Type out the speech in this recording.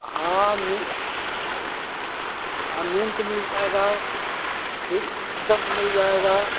हाँ मी हाँ नीम का मिल जाएगा की सीसम मिल जाएगा